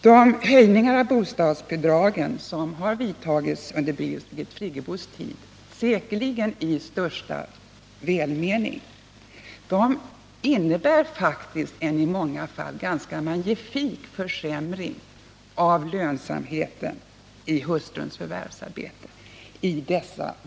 De höjningar av bostadsbidragen som gjorts under Birgit Friggebos tid, säkerligen i största välmening, innebär faktiskt en i många fall ganska magnifik försämring av lönsamheten av hustruns förvärvsarbete.